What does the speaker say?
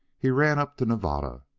he ran up to nevada,